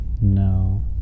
No